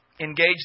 Engage